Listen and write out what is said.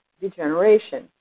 degeneration